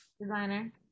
Designer